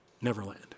Neverland